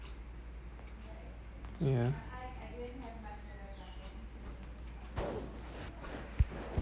yeah